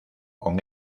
con